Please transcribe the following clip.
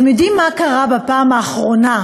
אתם יודעים מה קרה בפעם האחרונה,